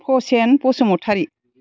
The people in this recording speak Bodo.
पसेन बसुमतारि